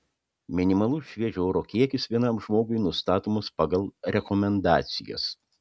minimalus šviežio oro kiekis vienam žmogui nustatomas pagal rekomendacijas